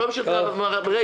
אנחנו לא בממשלת מעבר רגילה.